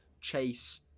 chase